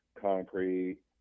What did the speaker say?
concrete